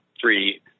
three